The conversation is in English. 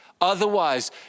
Otherwise